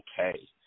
okay